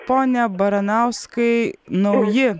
pone baranauskai nauji